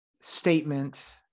statement